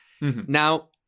Now